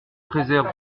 préserve